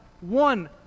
one